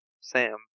Sam